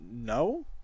No